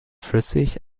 flüssig